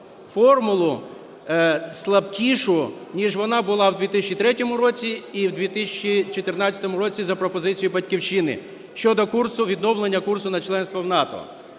формулу слабкішу, ніж вона була в 2003 році, і в 2014 році за пропозицією "Батьківщини" щодо курсу, відновлення курсу на членство в НАТО.